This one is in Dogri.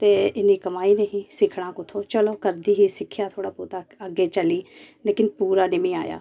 ते इन्नी कमाई ते सिक्खना कुत्थूं चलो करदी ही सिक्खेआ थोह्ड़ा बोह्ता अग्गे चली लेकिन पूरा नी मिगी आया